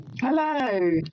Hello